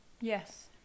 Yes